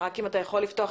בוקר טוב לכל הפורום הנכבד